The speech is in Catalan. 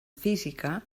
física